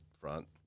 front